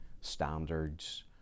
standards